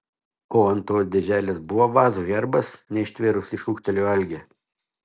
o ant tos dėželės buvo vazų herbas neištvėrusi šūktelėjo algė